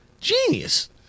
genius